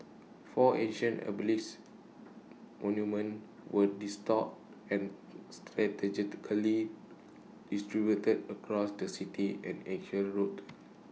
four ancient obelisk monuments were restored and strategically distributed across the city and axial roads